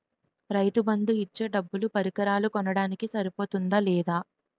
రైతు బందు ఇచ్చే డబ్బులు పరికరాలు కొనడానికి సరిపోతుందా లేదా?